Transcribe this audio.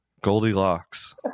Goldilocks